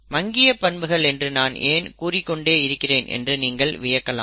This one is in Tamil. மங்கிய பண்புகள் என்று நான் ஏன் கூறிக் கொண்டே இருக்கிறேன் என்று நீங்கள் வியக்கலாம்